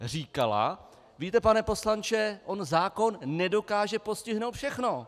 Říkala, víte, pane poslanče, on zákon nedokáže postihnout všechno.